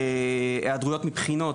היעדרות מבחינות,